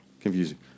confusing